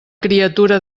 criatura